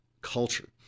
culture